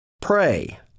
Pray